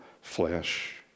flesh